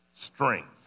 strength